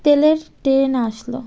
তেলের ট্রেন আসলো